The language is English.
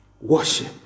Worship